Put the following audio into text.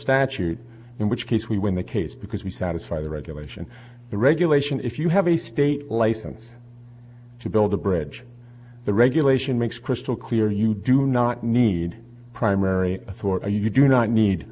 statute in which case we win the case because we satisfy the regulation the regulation if you have a state license to build a bridge the regulation makes crystal clear you do not need primary authority you do not need